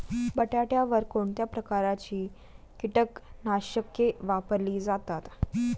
बटाट्यावर कोणत्या प्रकारची कीटकनाशके वापरली जातात?